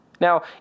Now